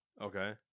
Okay